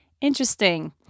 Interesting